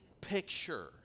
picture